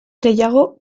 gehiago